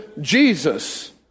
Jesus